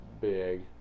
big